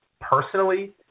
personally